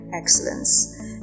excellence